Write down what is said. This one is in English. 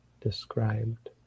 described